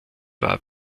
war